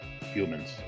humans